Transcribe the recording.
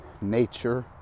nature